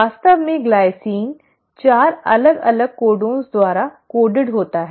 वास्तव में ग्लाइसिन 4 अलग अलग कोडनों द्वारा कोडित होता है